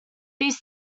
these